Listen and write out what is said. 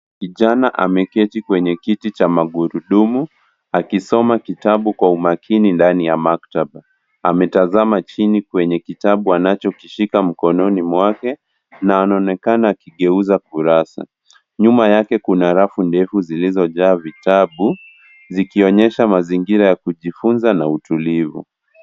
Kijana ameketi kwenye kiti cha magurudumu akisoma kitabu kwa umakini ndani ya maktaba. Ametazama chini kwenye kitabu anachokishika mkononi mwake na anaonekana akigeuza kurasa. Nyuma yake kuna rafu ndefu zilizojaa vitabu, zikionyesha mazingira ya kujifunza na utulivu.